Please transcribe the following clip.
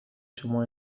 شما